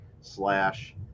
slash